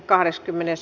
asia